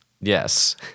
Yes